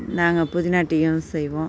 நாங்கள் புதினா டீயும் செய்வோம்